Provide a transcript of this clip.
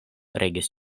regis